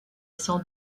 sans